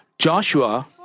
Joshua